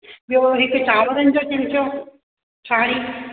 ॿियो हिकु चावरनि जो चमिचो छाड़ी